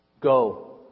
Go